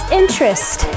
interest